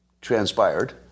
transpired